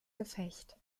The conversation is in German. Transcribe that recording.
gefecht